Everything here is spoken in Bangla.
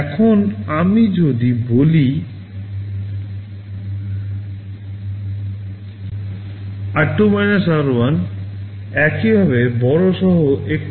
এখন আমি যদি বলি RSB এর বিপরীত বিয়োগের অর্থ দাঁড়ায় r2 r1